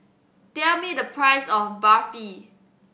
tell me the price of Barfi